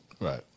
Right